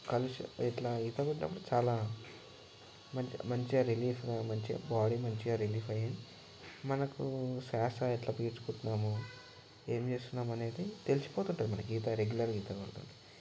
కలిసి ఇట్లా ఈత కొట్టడం చాలా మంచిగా మంచిగా రిలీఫ్ గా మంచిగా బాడీ మంచిగా రిలీఫ్ అయి మనకు శ్వాస ఎట్లా పీల్చుకుంటున్నాము ఏమి చేస్తున్నాం అనేది తెలిసిపోతుంటుంది మనకి ఈత రెగ్యులర్గా ఈత కొడుతుంటే